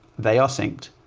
they are synced.